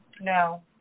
no